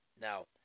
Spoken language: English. Now